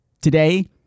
today